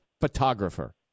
photographer